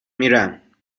میرم